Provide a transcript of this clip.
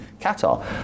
qatar